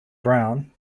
brown